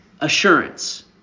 assurance